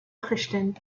christian